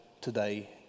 today